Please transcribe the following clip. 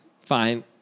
Fine